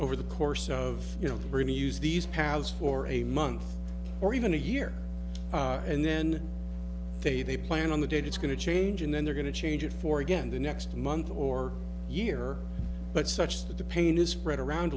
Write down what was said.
over the course of you know really use these paths for a month or even a year and then say they plan on the date it's going to change and then they're going to change it for again the next month or year but such that the pain is spread around